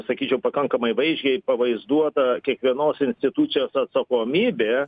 sakyčiau pakankamai vaizdžiai pavaizduota kiekvienos institucijos atsakomybė